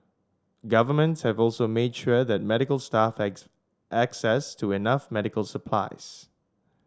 governments have also made sure that medical staff have access to enough medical supplies